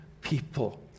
people